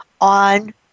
on